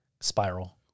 spiral